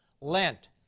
Lent